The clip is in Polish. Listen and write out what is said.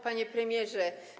Panie Premierze!